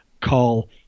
call